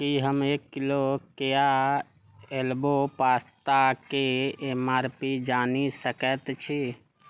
की हम एक किलो केया एल्बो पास्ता के एम आर पी जानी सकैत छी